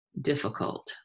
difficult